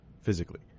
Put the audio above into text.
physically